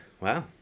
Wow